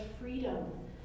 freedom